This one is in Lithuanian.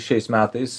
šiais metais